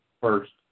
first